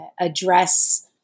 address